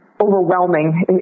overwhelming